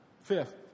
Fifth